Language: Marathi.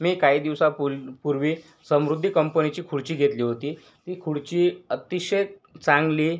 मी काही दिवासापूव पूर्वी समृद्धी कंपनीची खुर्ची घेतली होती ती खुर्ची अतिशय चांगली